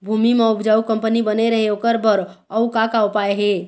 भूमि म उपजाऊ कंपनी बने रहे ओकर बर अउ का का उपाय हे?